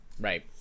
right